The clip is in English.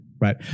Right